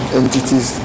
entities